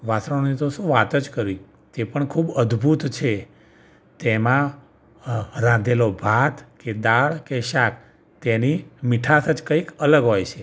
વાસણોની તો શું વાત જ કરવી તે પણ ખૂબ અદ્ભૂત છે તેમાં અ રાંધેલો ભાત કે દાળ કે શાક તેની મીઠાશ જ કંઈક અલગ હોય છે